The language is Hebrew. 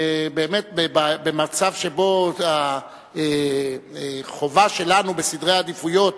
במצב שבו החובה שלנו בסדר העדיפויות